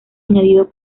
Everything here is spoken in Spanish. añadido